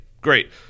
Great